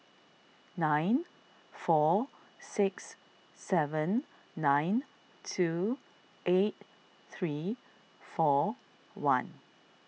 nine four six seven nine two eight three four one